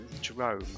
Jerome